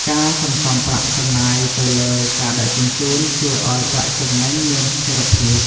ការសន្សំប្រាក់ចំណាយទៅលើការដឹកជញ្ជូន ជួយឱ្យប្រាក់ចំណេញមានស្ថិរភាព។